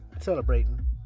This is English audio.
celebrating